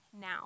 now